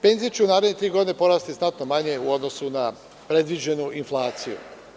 Penzije će u naredne tri godine porasti znatno manje u odnosu na predviđenu inflaciju.